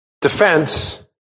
defense